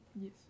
Yes